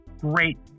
great